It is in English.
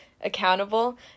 accountable